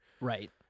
Right